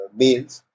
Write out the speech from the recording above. males